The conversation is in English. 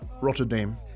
Rotterdam